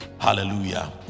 Hallelujah